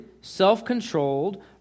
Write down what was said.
self-controlled